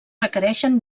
requereixen